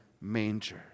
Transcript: manger